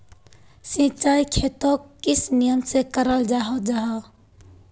सिंचाई खेतोक किस नियम से कराल जाहा जाहा?